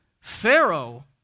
Pharaoh